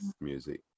music